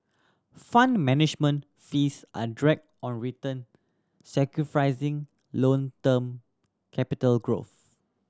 Fund Management fees are drag on return sacrificing long term capital growth